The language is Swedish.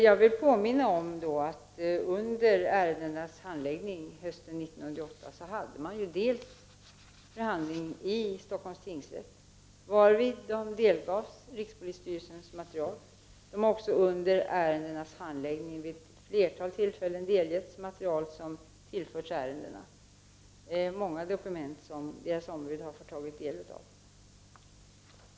Jag vill påminna om att man under ärendenas handläggning hösten 1988 dels förde en förhandling i Stockholms tingsrätt, varvid de delgavs rikspolisstyrelsens material, dels att de under ärendenas handläggning vid ett flertal tillfällen delgetts material som tillförts ärendena. Det är många dokument som deras ombud har fått ta del av.